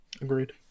agreed